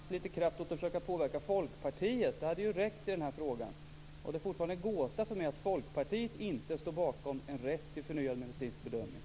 Fru talman! Moderaterna hade kanske kunnat ägna lite kraft åt att försöka påverka Folkpartiet. Det hade ju räckt i den här frågan. Det är fortfarande en gåta för mig att Folkpartiet inte står bakom en rätt till förnyad medicinsk bedömning.